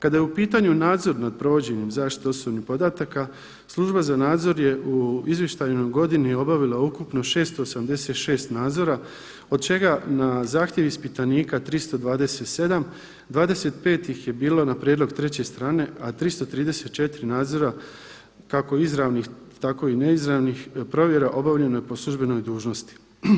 Kada je u pitanju nadzor nad provođenjem zaštite osobnih podataka Služba za nadzor je u izvještajnoj godini obavila ukupno 686 nadzora od čega na zahtjev ispitanika 327. 25 ih je bilo na prijedlog treće strane, a 334 nadzora kako izravnih tako i neizravnih provjera obavljeno je po službenoj dužnosti.